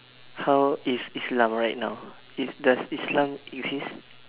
how is Islam right now is does the Islam exist